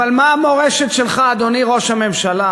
אבל מה המורשת שלך, אדוני ראש הממשלה?